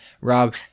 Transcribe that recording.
Rob